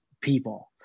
people